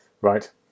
Right